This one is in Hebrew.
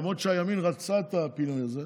למרות שהימין רצה את הפינוי הזה.